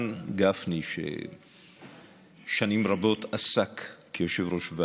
סופר, שמעסיק שמקבל את הסיוע